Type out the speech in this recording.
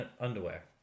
underwear